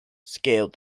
scaled